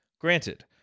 Granted